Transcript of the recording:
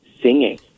singing